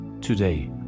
Today